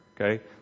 okay